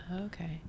Okay